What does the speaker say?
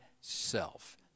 self